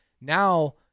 now